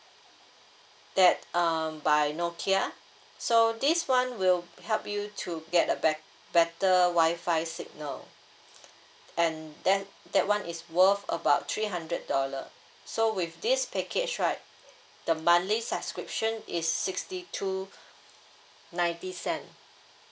that um by nokia so this one will help you to get a bet~ better wi-fi signal and that that one is worth about three hundred dollar so with this package right the monthly subscription is sixty two ninety cent